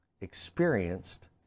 experienced